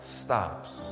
stops